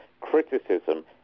criticism